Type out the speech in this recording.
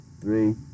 three